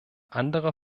anderer